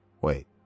wait